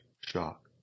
shock